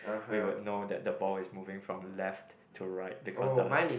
we would know that the ball is moving from left to right because the